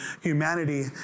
humanity